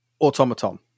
automaton